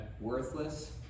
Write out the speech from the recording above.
Worthless